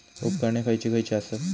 उपकरणे खैयची खैयची आसत?